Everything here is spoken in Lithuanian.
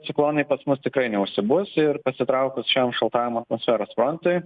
ciklonai pas mus tikrai neužsibus ir pasitraukus šiam šaltajam atmosferos frontui